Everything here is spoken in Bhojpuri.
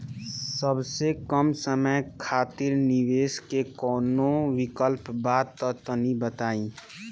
सबसे कम समय खातिर निवेश के कौनो विकल्प बा त तनि बताई?